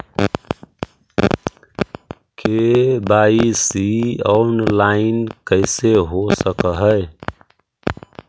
KYC online कैसे हो सक है?